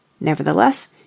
Nevertheless